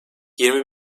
yirmi